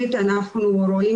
פרופ'